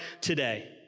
today